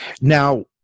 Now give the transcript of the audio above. now